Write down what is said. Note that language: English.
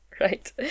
right